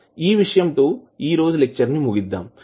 ఈ విషయం తో ఈ రోజు లెక్చర్ ని ముగిద్దాం